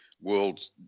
world